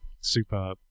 super